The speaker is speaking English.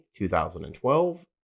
2012